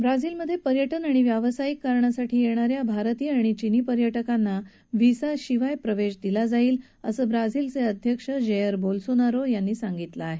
ब्राझीलमध्ये पर्यटन आणि व्यावसायिक कारणासाठी येणाऱ्या भारतीय आणि चिनी पर्यटकांना व्हिसाशिवाय प्रवेश दिला जाईल असं ब्राझीलचे अध्यक्ष जेयर बोल्सोनारो यांनी सांगितलं आहे